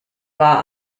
war